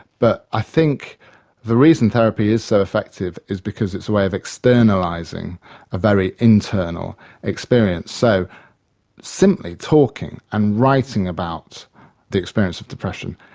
but i think the reason therapy is so effective is because it's a way of externalising a very internal experience. so simply talking and writing about the experience of depression,